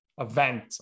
event